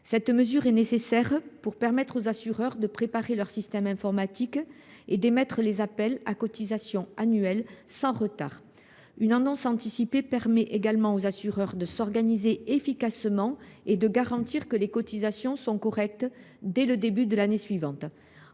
telle mesure est nécessaire pour permettre aux assureurs de préparer leurs systèmes d’information et d’émettre les appels à cotisation annuels sans retard. Une annonce anticipée permet également aux assureurs de s’organiser efficacement et de garantir que les cotisations sont correctes dès le début de l’année suivante.